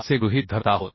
असे गृहीत धरत आहोत